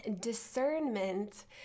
discernment